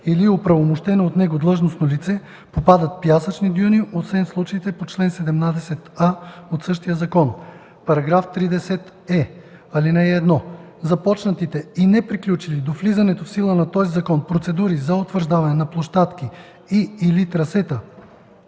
или оправомощено от него длъжностно лице, попадат пясъчни дюни, освен в случаите по чл. 17а от същия закон.” § 30е. (1) Започнатите и неприключили до влизането в сила на този закон процедури за утвърждаване на площадки и/или трасета